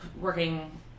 working